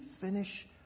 finish